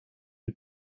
une